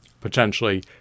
potentially